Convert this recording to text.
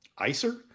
ICER